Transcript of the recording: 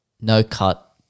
no-cut